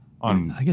on